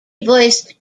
voiced